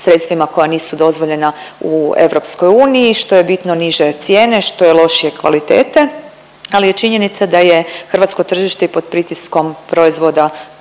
sredstvima koja nisu dozvoljena u EU, što je bitno niže cijene, što je lošije kvalitete, ali je činjenica da je hrvatsko tržište i pod pritiskom proizvoda